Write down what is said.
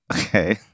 okay